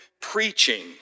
preaching